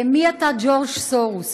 מי אתה, ג'ורג' סורוס?